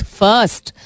first